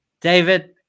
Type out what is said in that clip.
David